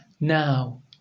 now